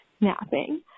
napping